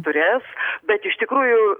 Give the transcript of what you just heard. turės bet iš tikrųjų